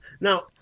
Now